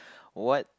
what